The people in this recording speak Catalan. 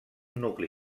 nucli